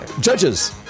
Judges